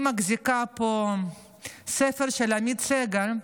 אני מחזיקה פה את הספר של עמית סגל,